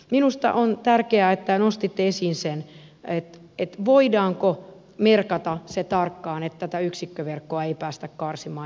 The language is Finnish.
minusta on tärkeää että nostitte esiin sen voidaanko merkata se tarkkaan että tätä yksikköverkkoa ei päästä karsimaan